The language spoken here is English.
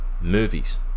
movies